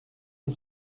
die